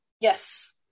Yes